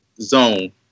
zone